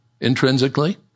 intrinsically